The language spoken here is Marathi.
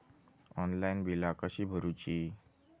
ऑनलाइन बिला कशी भरूची?